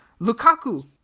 Lukaku